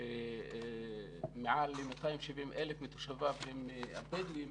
שמעל ל-270,000 מתושביו הם בדואים,